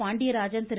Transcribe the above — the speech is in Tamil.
பாண்டியராஜன் திரு